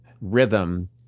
rhythm